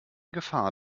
gefahr